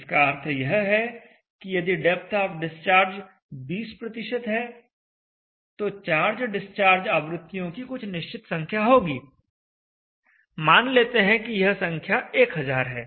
इसका अर्थ यह है कि यदि डेप्थ आफ डिस्चार्ज 20 है तो चार्ज डिस्चार्ज आवृत्तियों की कुछ निश्चित संख्या होगी मान लेते हैं कि यह संख्या 1000 है